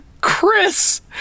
Chris